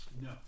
No